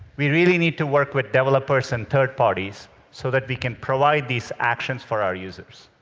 we really need to work with developers and third parties so that we can provide these actions for our users.